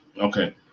Okay